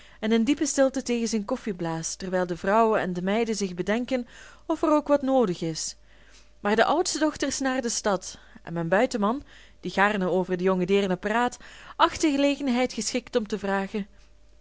en in diepe stilte tegen zijn koffie blaast terwijl de vrouw en de meiden zich bedenken of er ook wat noodig is maar de oudste dochter is naar de stad en mijn buitenman die gaarne over de jonge deernen praat acht de gelegenheid geschikt om te vragen